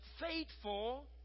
faithful